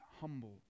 humble